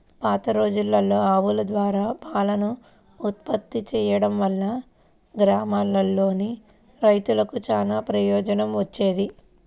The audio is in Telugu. పాతరోజుల్లో ఆవుల ద్వారా పాలను ఉత్పత్తి చేయడం వల్ల గ్రామాల్లోని రైతులకు చానా ప్రయోజనం వచ్చేది